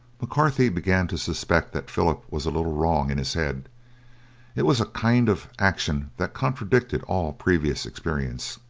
mccarthy began to suspect that philip was a little wrong in his head it was a kind of action that contradicted all previous experience.